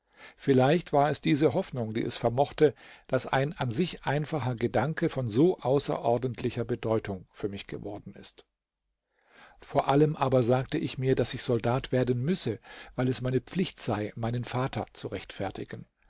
vielleicht war es diese hoffnung die es vermochte daß ein an sich einfacher gedanke von so außerordentlicher bedeutung für mich geworden ist vor allem aber sagte ich mir daß ich soldat werden müsse weil es meine pflicht sei meinen vater zu rechtfertigen